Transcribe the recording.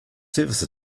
service